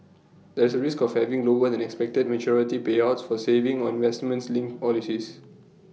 there is A risk of having lower than expected maturity payouts for savings or investment linked